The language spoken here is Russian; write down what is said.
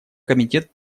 комитет